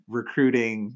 recruiting